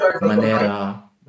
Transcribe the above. Manera